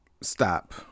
stop